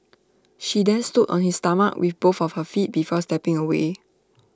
she then stood on his stomach with both of her feet before stepping away